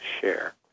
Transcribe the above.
share